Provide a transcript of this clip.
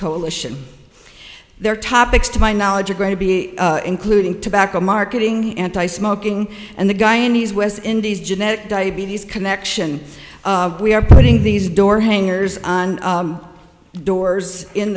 coalition there topics to my knowledge are going to be including tobacco marketing anti smoking and the guy and he's west indies genetic diabetes connection we are putting these door hangers on doors in